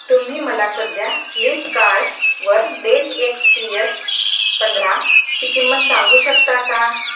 तुम्ही मला सध्या फ्लिपकार्डवर डेल एक्स पी यस पंधराची किंमत सांगू शकता का